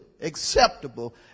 acceptable